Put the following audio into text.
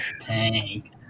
tank